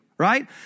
right